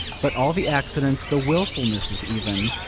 but all the accidents, the wilfulnesses even,